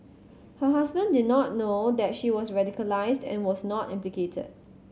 her husband did not know that she was radicalised and was not implicated